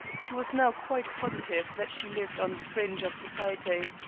he was now quite positive that she lived on the fringe of society.